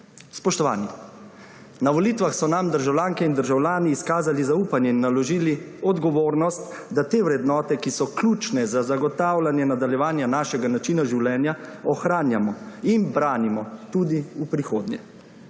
Spoštovani! Na volitvah so nam državljanke in državljani izkazali zaupanje in naložili odgovornost, da te vrednote, ki so ključne za zagotavljanje nadaljevanja našega načina življenja, ohranjamo in branimo tudi v prihodnje.